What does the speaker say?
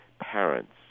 parents